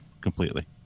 completely